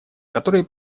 которые